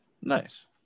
Nice